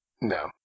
No